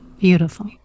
Beautiful